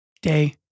Day